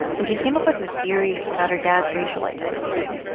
when she came up with a theory about her dad's racial identity.